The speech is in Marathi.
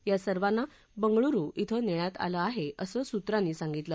या सर्वांना बंगळुरू इथं नेण्यात आलं आहे असं सूत्रांनी सांगितलं